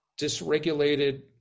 dysregulated